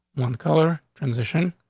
one color transition.